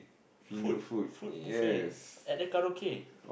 food food buffet at the karaoke